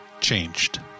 Changed